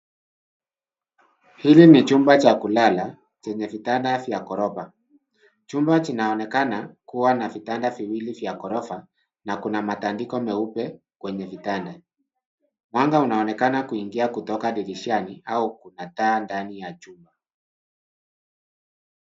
Hili ni chumba cha kulala, chenye vitanda vya ghorofa, chumba kinaonekana, kuwa na vitanda viwili vya ghorofa, na, kuna matandiko meupe, kwenye vitanda. Mwanga unaonekana kuingia kutoka dirishani, au kuna taa ndani ya nyumba.